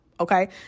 Okay